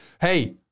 Hey